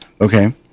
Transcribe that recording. Okay